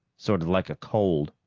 sort of like a cold,